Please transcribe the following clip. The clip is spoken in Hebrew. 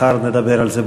מחר נדבר על זה.